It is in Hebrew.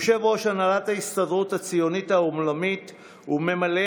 יושב-ראש הנהלת ההסתדרות הציונית העולמית וממלא